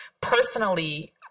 Personally